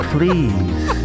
Please